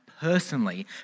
personally